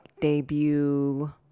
debut